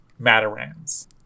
Matarans